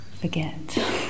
forget